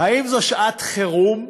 האם זו שעת חירום?